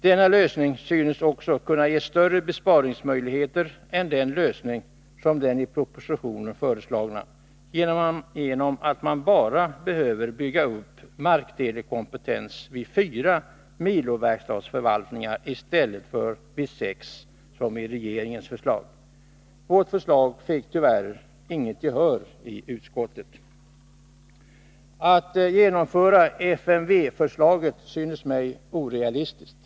Denna lösning synes också kunna ge större besparingsmöjligheter än den i propositionen föreslagna, genom att man bara behöver bygga upp marktelekompetens vid fyra miloverkstadsförvaltningar, i stället för vid sex, som i regeringens förslag. Vårt förslag fick tyvärr inget gehör i utskottet. Att genomföra försvarets materielverks förslag synes mig orealistiskt.